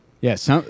Yes